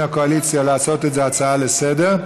הקואליציה להפוך את זה להצעה לסדר-היום,